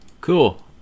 Cool